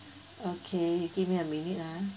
okay you give me a minute ah